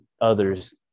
others